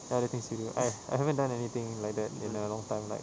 ya the things you do I I haven't done anything like that in a long time like